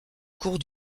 cours